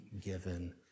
given